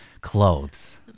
clothes